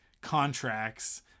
contracts